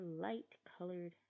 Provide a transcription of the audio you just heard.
light-colored